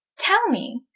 tell me,